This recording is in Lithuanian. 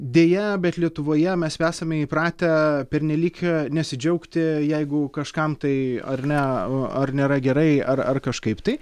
deja bet lietuvoje mes esame įpratę pernelyg nesidžiaugti jeigu kažkam tai ar ne ar nėra gerai ar ar kažkaip tai